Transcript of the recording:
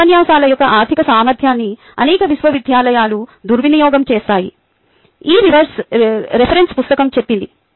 పెద్ద ఉపన్యాసాల యొక్క ఆర్ధిక సామర్థ్యాన్ని అనేక విశ్వవిద్యాలయాలు దుర్వినియోగం చేస్తాయి మీ రిఫరెన్స్ పుస్తకం చెప్పింది